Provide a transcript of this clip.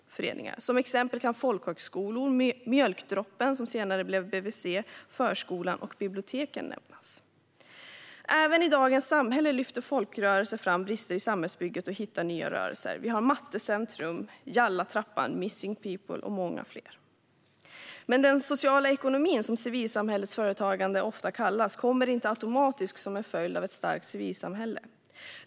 Som exempel kan folkhögskolor, Mjölkdroppen som senare blev BVC, förskolan och biblioteken nämnas. Även i dagens samhälle lyfter folkrörelser fram brister i samhällsbygget och hittar nya lösningar. Vi har Mattecentrum, Yallatrappan, Missing People och många fler. Den sociala ekonomin, som civilsamhällets företagande ofta kallas, kommer dock inte automatiskt som följd av ett starkt civilsamhälle.